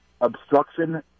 obstruction